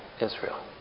Israel